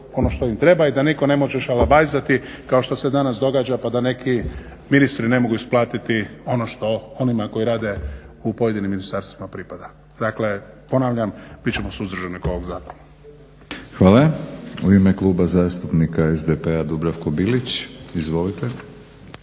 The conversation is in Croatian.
Hvala. U ime Kluba zastupnika SDP-a Dubravko Bilić, izvolite.